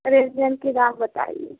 ranger के दाम बताइए